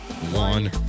One